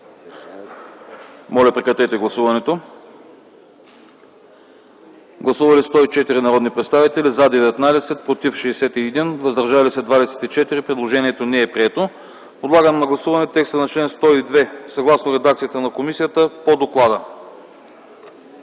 комисията не подкрепя. Гласували 104 народни представители: за 19, против 61, въздържали се 24. Предложението не е прието. Подлагам на гласуване текста на чл. 102, съгласно редакцията на комисията по доклада.